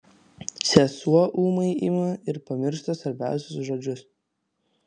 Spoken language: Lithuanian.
sesuo ūmai ima ir pamiršta svarbiausius žodžius